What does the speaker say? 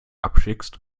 abschickst